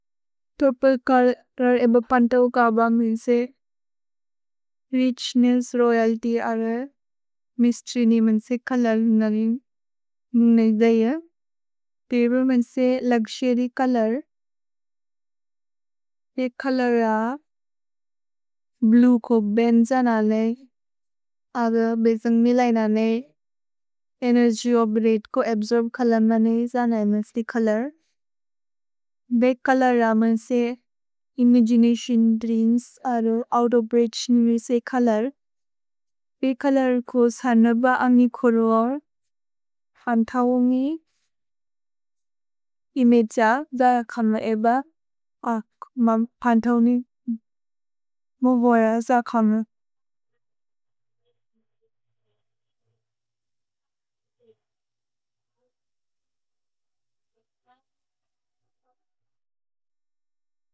Tropical रर् एब पन्तौ काबन्ग् मेन्से रिछ्नेस्स्, रोयल्त्य् अरल्, मिस्त्रिनि मेन्से कलर् ननेइन् ननेइन् दयेम्। तेबे मेन्से लुक्सुर्य् कलर् एक् कलर् र ब्लुए को बेन् ज ननेइन्। अगर् बेजन्ग् मिल ननेइन् एनेर्ग्य् ओफ् रते को अब्सोर्ब् कलर् ननेइन् ज ननेइन् मेन्से कलर् बेक् कलर् र मेन्से इमगिनतिओन् द्रेअम्स् अरल्। ओउत् ओफ् रेअछ् नेनेइन् मेन्से कलर् बेक् कलर् को सर्नब अन्गि कोरुओर् पन्तौन्गि इमे त्स, ज कम एब म पन्तौन्गि मो बोय, ज कम।